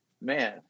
man